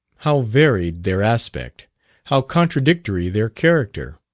how varied their aspect how contradictory their character.